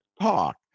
talk